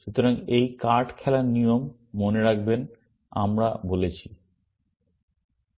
সুতরাং এই কার্ড খেলার নিয়ম মনে রাখবেন আমরা বলেছি